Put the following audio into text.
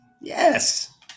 Yes